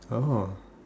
oh